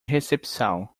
recepção